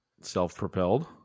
Self-propelled